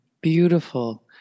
Beautiful